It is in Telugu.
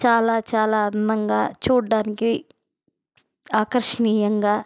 చాలా చాలా అందంగా చూడ్డానికి ఆకర్షణీయంగా